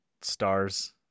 stars